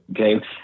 Okay